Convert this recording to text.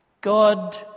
god